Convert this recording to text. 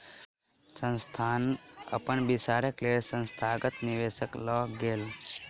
संस्थान अपन विस्तारक लेल संस्थागत निवेशक लग गेल